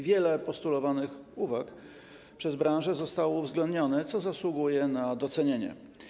Wiele uwag postulowanych przez branżę zostało uwzględnionych, co zasługuje na docenienie.